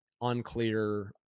unclear